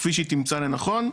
כפי שהיא תמצא לנכון,